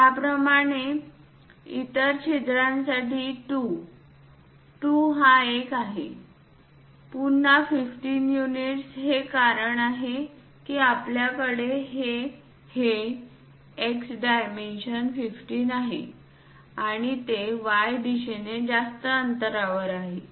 त्याचप्रमाणे इतर छिद्रांसाठी 2 2 हा एक आहे पुन्हा 15 युनिट्स हे कारण आहे की आपल्याकडे हे X डायमेन्शन 15 आहे आणि ते Y दिशेने जास्त अंतरावर आहे